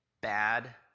bad